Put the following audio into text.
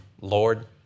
Lord